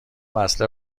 وصله